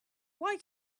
why